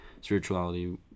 spirituality